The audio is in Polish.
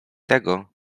tego